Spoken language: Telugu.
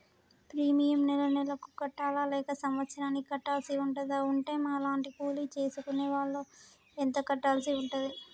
ప్రీమియం నెల నెలకు కట్టాలా లేక సంవత్సరానికి కట్టాల్సి ఉంటదా? ఉంటే మా లాంటి కూలి చేసుకునే వాళ్లు ఎంత కట్టాల్సి ఉంటది?